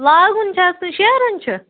لاگُن چھِ حظ کِنہٕ شیہرُن چھِ